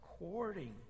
according